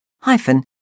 hyphen